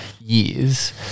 years